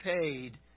paid